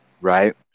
Right